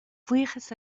bhuíochas